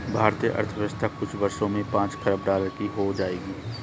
भारतीय अर्थव्यवस्था कुछ वर्षों में पांच खरब डॉलर की हो जाएगी